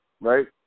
right